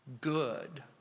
good